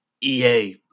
EA